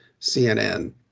CNN